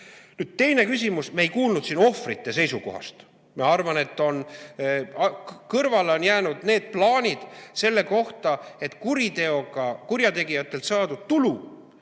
võim. Teine küsimus, me ei kuulnud siin [midagi] ohvrite seisukohast. Ma arvan, et kõrvale on jäänud plaanid selle kohta, et kuriteoga kurjategijate saadud tulu,